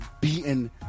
beaten